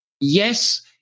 yes